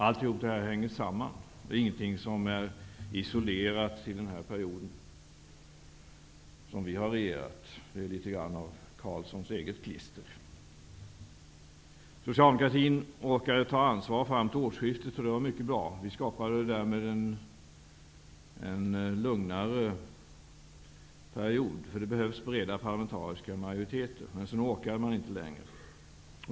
Allt detta hänger samman -- det är inte isolerat till den period som vi har regerat. Det är litet av Carlssons eget klister. Socialdemokratin orkade ta ansvar fram till årsskiftet. Det var mycket bra -- vi skapade därmed en lugnare period. Det behövs breda parlamentariska majoriteter. Men sedan orkade man inte längre.